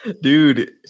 Dude